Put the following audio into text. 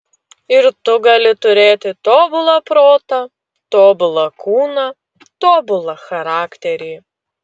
ir tu gali turėti tobulą protą tobulą kūną tobulą charakterį